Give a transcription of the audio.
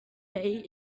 lay